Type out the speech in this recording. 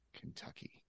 Kentucky